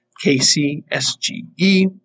K-C-S-G-E